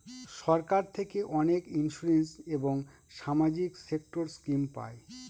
সরকার থেকে অনেক ইন্সুরেন্স এবং সামাজিক সেক্টর স্কিম পায়